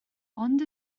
ond